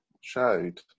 showed